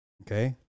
Okay